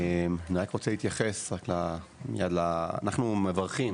אני רק רוצה להתייחס, אנחנו מברכים